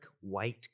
white